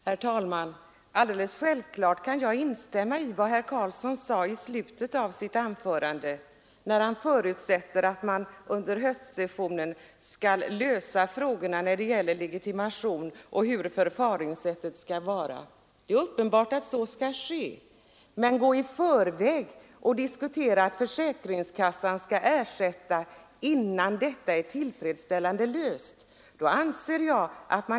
Herr talman! Alldeles självklart kan jag instämma i vad herr Carlsson i Vikmanshyttan sade i slutet av sitt anförande, då han förutsatte att man under höstsessionen skall lösa de frågor som gäller legitimation och förfaringssättet i samband därmed. Det är uppenbart att så skall ske, och att då i förväg diskutera ersättningen från försäkringskassan innan dessa frågor är lösta anser jag vara fel.